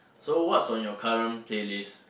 so what's on your current playlist